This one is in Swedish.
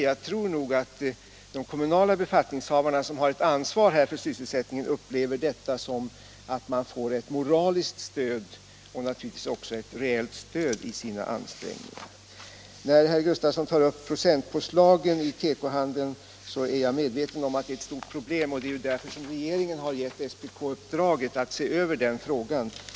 Jag tror att de kommunala befattningshavare som har ett ansvar för sysselsättningen upplever detta inte bara som ett moraliskt stöd, utan naturligtvis också som ett reellt stöd för sina ansträngningar. Herr Gustavsson tar upp procentpåslagen i tekohandeln. Jag är medveten om att detta är ett problem. Det är därför regeringen gett SPK i uppdrag att se över den frågan.